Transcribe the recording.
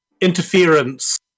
interference